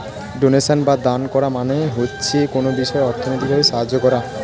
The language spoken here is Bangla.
ডোনেশন বা দান করা মানে হচ্ছে কোনো বিষয়ে অর্থনৈতিক ভাবে সাহায্য করা